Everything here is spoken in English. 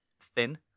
thin